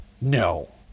No